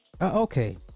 okay